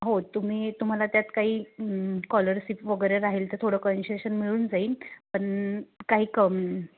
हो तुम्ही तुम्हाला त्यात काही कॉलरशिप वगैरे राहील तर थोडं कन्सेशन मिळून जाईल पण काही क